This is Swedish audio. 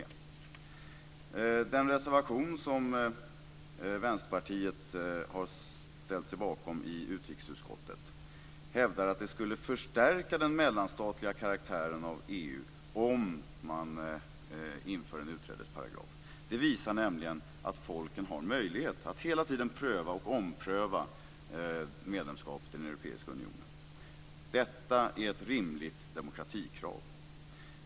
I den reservation som Vänsterpartiet ställt sig bakom i utrikesutskottet hävdas att det skulle förstärka den mellanstatliga karaktären av EU om en utträdesparagraf infördes. Det visar nämligen att folken har möjlighet att hela tiden pröva och ompröva medlemskapet i den europeiska unionen. Detta är ett rimligt demokratikrav.